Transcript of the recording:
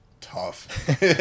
Tough